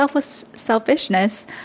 selfishness